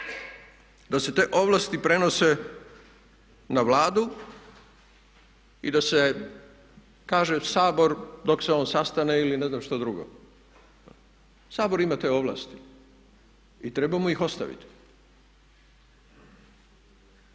da se te ovlasti prenose na Vladu i da se kaže Sabor dok se on sastane ili ne znam što drugo. Sabor ima te ovlasti i treba mu ih ostaviti.